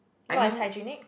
not is hygienic